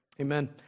Amen